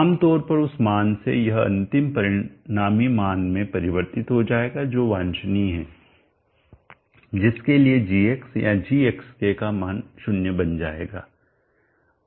आम तौर पर उस मान से यह अंतिम परिणामी मान में परिवर्तित हो जाएगा जो वांछनीय है जिसके लिए जी g या g का मान 0 बन जाएगा